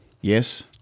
Yes